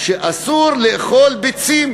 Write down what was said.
שאסור לאכול ביצים.